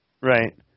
Right